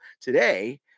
today